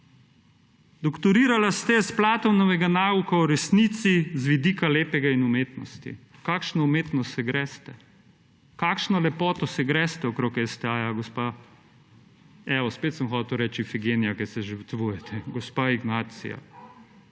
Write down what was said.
Doktorirala ste s Platonovega nauka v resnici z vidika lepega in umetnosti. Kakšno umetnost se greste? Kakšno lepoto se greste okoli STA gospa, evo spet sem hotel reči Ifigenija, ki se žrtvujete, gospa Ignacija.